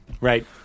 Right